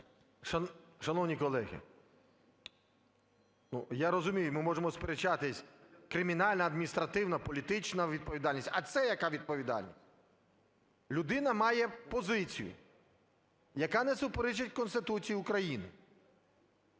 Шановні колеги, ну, я розумію, ми можемо сперечатися: кримінальна, адміністративна, політична відповідальність. А це яка відповідальність? Людина має позицію, яка не суперечить Конституції України,